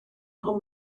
nhw